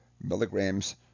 milligrams